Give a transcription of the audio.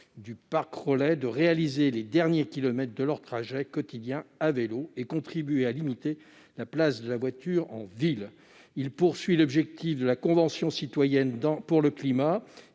du parc relais de réaliser les derniers kilomètres de leurs trajets quotidiens à vélo et contribuer à limiter la place de la voiture en ville. Notre proposition répond aux objectifs de la Convention citoyenne pour le climat